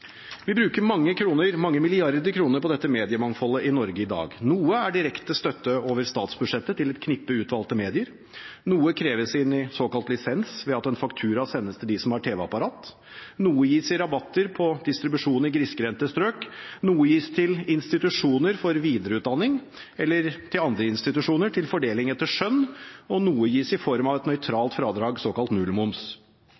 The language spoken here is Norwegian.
Vi bruker mange milliarder kroner på dette mediemangfoldet i Norge i dag. Noe er direkte støtte over statsbudsjettet til et knippe utvalgte medier, noe kreves inn i såkalt lisens ved at en faktura sendes til dem som har tv-apparat, noe gis i rabatter på distribusjon i grisgrendte strøk, noe gis til institusjoner for videreutdanning eller til andre institusjoner til fordeling etter skjønn, og noe gis i form av et